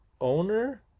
owner